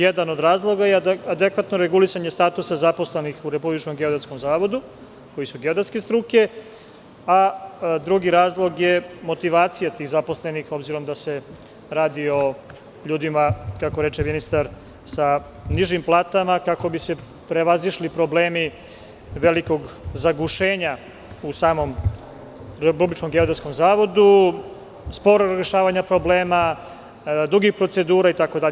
Jedan od razloga je adekvatno regulisanje statusa zaposlenih u Republičkom geodetskom zavodu, koji su geodetske struke, a drugi razlog je motivacija tih zaposlenih, obzirom da se radi o ljudima, kako reče ministar, sa nižim platama, kako bi se prevazišli problemi velikog zagušenja u samom Republičkom geodetskom zavodu, sporo rešavanje problema, dugih procedura, itd.